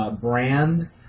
brand